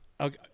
Okay